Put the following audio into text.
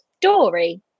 Dory